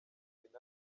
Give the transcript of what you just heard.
inani